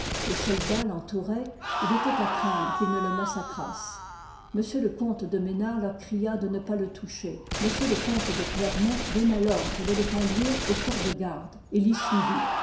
les soldats tentouroient il étoit à craindre qu'ils ne le massacrassent m le comte de mesnard leur cria de ne pas le toucher m le comte de clermont donna tordre de le conduire au corps-de-garde et fy